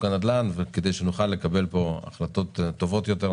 הנדל"ן כדי שנוכל לקבל פה החלטות טובות יותר,